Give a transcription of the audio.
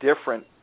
different